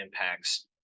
impacts